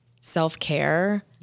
self-care